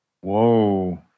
Whoa